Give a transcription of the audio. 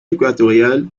équatoriale